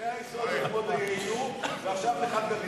בקווי היסוד, דיינו, ועכשיו לחד-גדיא.